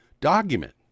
document